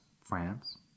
France